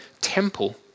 temple